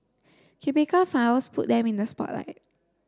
cubicle files put them in the spotlight